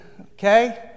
okay